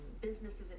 businesses